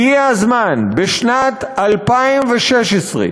הגיע הזמן בשנת 2016,